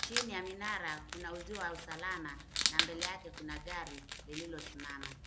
Chini ya minara kuna uzio wa usalama, na mbele yake kuna gari lililosimama.